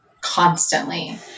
constantly